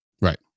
Right